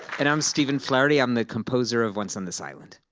and i'm stephen flaherty. i'm the composer of once on this island.